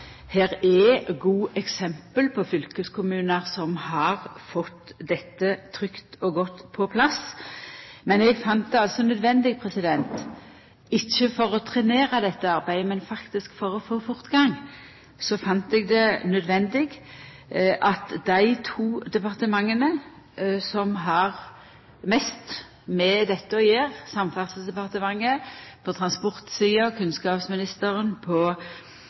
er gode eksempel på fylkeskommunar som har fått dette trygt og godt på plass. Men eg fann det altså nødvendig, ikkje for å trenera dette arbeidet, men faktisk for å få fortgang, at dei to departementa som har mest med dette å gjere, Samferdselsdepartementet på transportsida og Kunnskapsdepartementet på